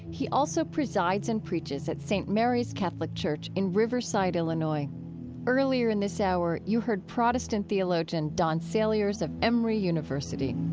he also presides and preaches at st. mary's catholic church in riverside, illinois earlier in this hour you heard protestant theologian don saliers of emory university